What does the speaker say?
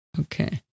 Okay